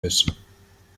müssen